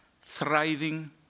thriving